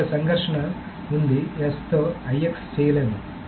ఇక్కడ సంఘర్షణ ఉంది S తో IX చేయలేము